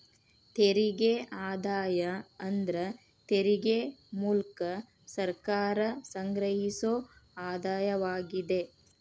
ತೆರಿಗೆ ಆದಾಯ ಅಂದ್ರ ತೆರಿಗೆ ಮೂಲ್ಕ ಸರ್ಕಾರ ಸಂಗ್ರಹಿಸೊ ಆದಾಯವಾಗಿದೆ